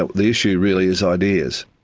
ah the issue really is ideas.